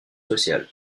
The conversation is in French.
social